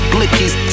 Blickies